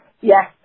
Yes